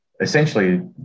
essentially